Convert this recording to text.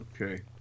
Okay